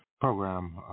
program